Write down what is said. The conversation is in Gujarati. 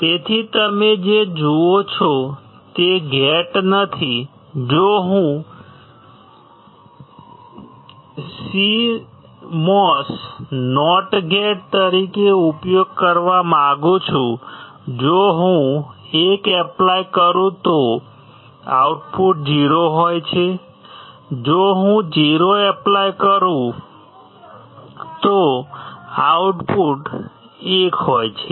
તેથી તમે જે જુઓ છો તે ગેટ નથી જો હું CMOS નોટ ગેટ તરીકે ઉપયોગ કરવા માંગુ છું જો હું 1 એપ્લાય કરું તો આઉટપુટ 0 હોય છે જો હું 0 એપ્લાય કરું તો આઉટપુટ 1 હોય છે